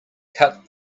cut